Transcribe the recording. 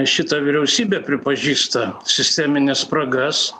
šita vyriausybė pripažįsta sistemines spragas